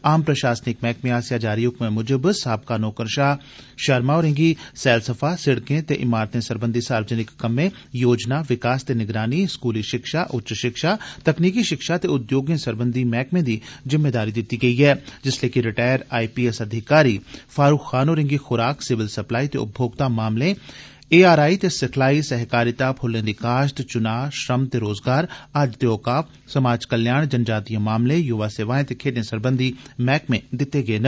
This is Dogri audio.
आम प्रशासनिक मैह्कमे आसेआ जारी हुक्मै मुजब साबका नौकरशाह शर्मा होरें'गी सैलसफा सिड़कें ते इमारते सरबंधी सार्वजनिक कम्में योजना विकास ते निगरानी स्कूली शिक्षा उच्च शिक्षा तकनीकी शिक्षा ते उद्योगें सरबंघी मैहकमें दी जिम्मेदारी दित्ती गेई ऐ जिल्ले के रटैर आईपीएस अधिकारी फारूक खान होरें'गी खुराक सिविल सप्लाई ते उपभोक्ता मामलें ए आर आई ते सिखलाई सैह्कारिता फुल्लें दी काश्त चुनां श्रम ते रोजगार हज ते औकाफ समाज कल्याण जनजातीय मामलें युवा सेवाएं ते खेड्ढें सरबंधी मैह्कमे दित्ते गे न